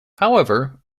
however